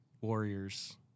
Warriors